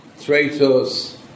traitors